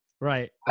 Right